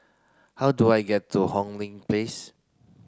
how do I get to Hong Lee Place